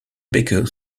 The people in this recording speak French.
baker